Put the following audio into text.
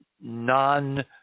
non